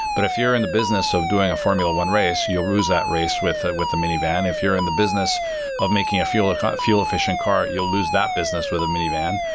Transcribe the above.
but if you're in the business of doing a formula one race, you'll lose that race with with the minivan. if you're in the business of making a fuel-efficient fuel-efficient car, you'll lose that business with the minivan.